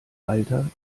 alter